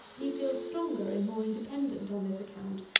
he feels stronger and more independent on this account,